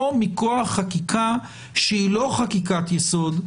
או מכוח חקיקה שהיא לא חקיקת יסוד,